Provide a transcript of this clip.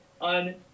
on